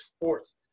fourth